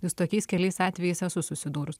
nes tokiais keliais atvejais esu susidūrus